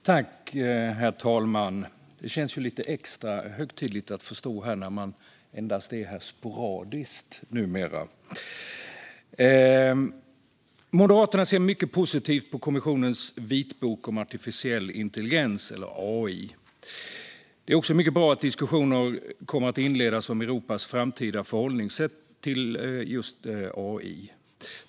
Herr talman! Det känns lite extra högtidligt att få stå här när man numera endast är här sporadiskt. Moderaterna ser mycket positivt på kommissionens vitbok om artificiell intelligens, AI. Det är också mycket bra att diskussioner kommer att inledas om Europas framtida förhållningssätt när det gäller just AI.